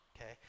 okay